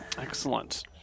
Excellent